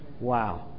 Wow